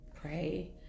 pray